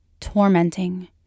tormenting